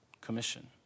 Commission